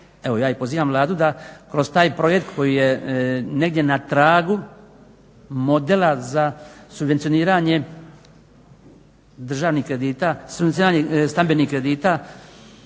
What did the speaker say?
Evo ja i pozivam Vladu da kroz taj projekt koji je negdje na tragu modela za subvencioniranje državnih kredita,